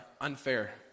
unfair